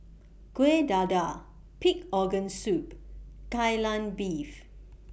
Kueh Dadar Pig Organ Soup Kai Lan Beef